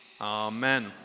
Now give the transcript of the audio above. Amen